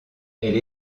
elle